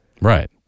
Right